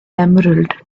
emerald